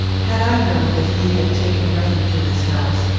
had i known that he had taken refuge in this house,